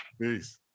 Peace